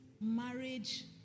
Marriage